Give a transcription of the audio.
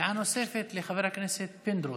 דעה נוספת, לחבר הכנסת פינדרוס.